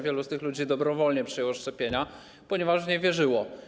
Wielu z tych ludzi dobrowolnie przyjęło szczepienia, ponieważ w nie wierzyło.